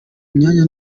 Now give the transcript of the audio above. myanya